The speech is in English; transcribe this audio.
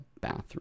bathroom